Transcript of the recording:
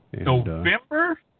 November